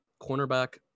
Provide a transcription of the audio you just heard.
cornerback